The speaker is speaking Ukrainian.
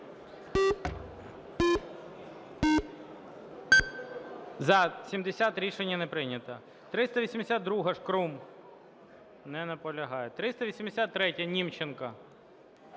За-70 Рішення не прийнято. 382-а, Шкрум, не наполягає. 383-я, Німченко.